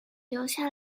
留下